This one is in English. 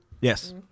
Yes